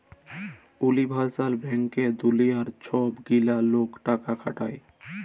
universal ব্যাংকে দুলিয়ার ছব গিলা লক টাকা খাটায়